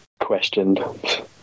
Questioned